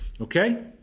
okay